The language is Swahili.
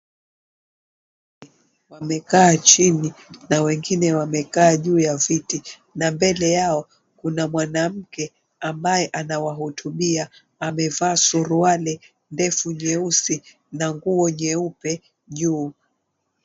Wamekaa chini na wengine wamekaa juu ya viti n𝑎 mbele yao kuna mwanamke ambaye anawahudumia amevaa suruali ndefu nyeusi na nguo nyeupe juu.